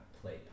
play